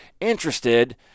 interested